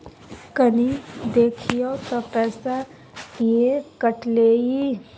कनी देखियौ त पैसा किये कटले इ?